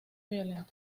violenta